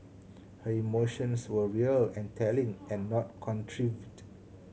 her emotions were real and telling and not contrived